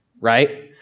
right